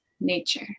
nature